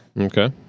Okay